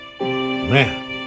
Man